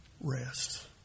rest